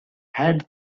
had